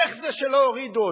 איך זה שלא הורידו אותם?